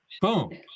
boom